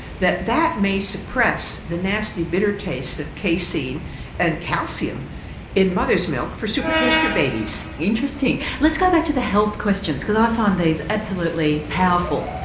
that that may suppress the nasty bitter taste of casein and calcium in mother's milk for supertaster babies. interesting. let's go back to the health questions because i find these absolutely powerful.